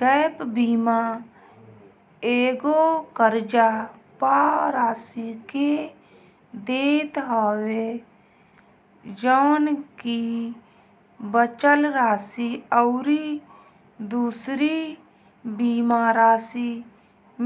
gap बीमा एगो कर्जा पअ राशि के देत हवे जवन की बचल राशि अउरी दूसरी बीमा राशि